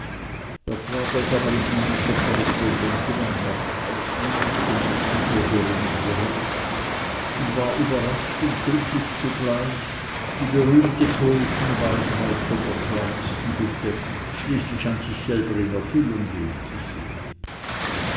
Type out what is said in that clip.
als amerikanischer korrespondent in ein bankhaus ein zunächst mit nur geringem gehalt und war überrascht und glücklich zugleich die berühmte poetenweisheit von der kleinsten hütte schließlich an sich selber in erfüllung gehn zu sehn